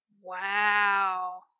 Wow